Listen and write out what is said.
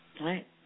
right